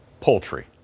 poultry